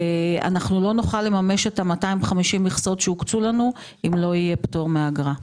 אנחנו לא נוכל לממש את 250 המכסות שהוקצו לנו אם לא יהיה פטור מאגרה.